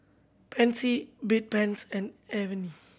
Pansy Bedpans and Avene